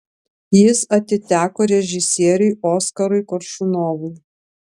jis atiteko režisieriui oskarui koršunovui